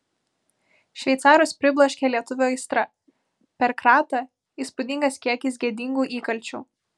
šveicarus pribloškė lietuvio aistra per kratą įspūdingas kiekis gėdingų įkalčių